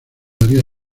daría